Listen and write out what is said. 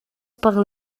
per